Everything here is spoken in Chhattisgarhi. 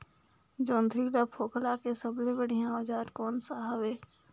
जोंदरी ला फोकला के सबले बढ़िया औजार कोन सा हवे?